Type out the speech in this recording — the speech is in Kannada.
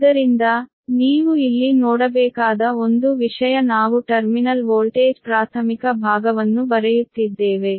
ಆದ್ದರಿಂದ ನೀವು ಇಲ್ಲಿ ನೋಡಬೇಕಾದ ಒಂದು ವಿಷಯ ನಾವು ಟರ್ಮಿನಲ್ ವೋಲ್ಟೇಜ್ ಪ್ರಾಥಮಿಕ ಭಾಗವನ್ನು ಬರೆಯುತ್ತಿದ್ದೇವೆ